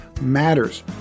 matters